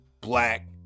black